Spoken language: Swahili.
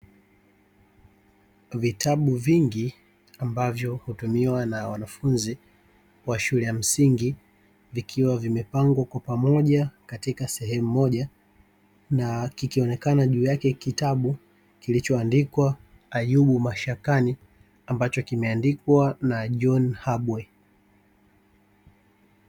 Vitabu vingi ambavyo hutumiwa na wanafunzi wa shule ya msingi, vikiwa vimepangwa kwa pamoja katika sehemu moja na kikionekana juu yake kitabu kilichoandikwa "Ayubu Mashakani" ambacho kimeandikwa na John Habwe.